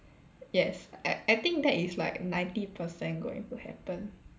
yes I I think that is like ninety percent going to happen